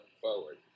forward